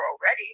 already